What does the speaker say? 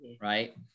right